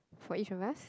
for each of us